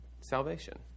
salvation